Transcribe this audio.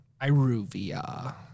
Iruvia